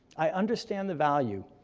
i understand the value,